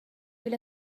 إلى